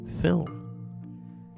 film